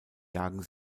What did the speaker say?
jagen